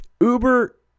Uber